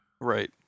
Right